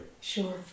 Sure